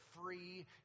free